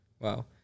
wow